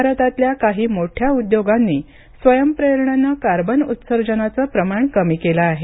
भारतातल्या काही मोठ्या उद्योगांनी स्वयप्रेरणेनं कार्बन उत्सर्जनाचं प्रमाण कमी केलं आहे